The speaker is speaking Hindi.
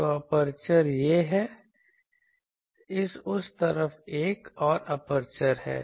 तो एपर्चर यह है यह एक एपर्चर है उस तरफ एक और एपर्चर है